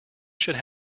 should